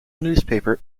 newspaper